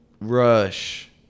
Rush